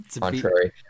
contrary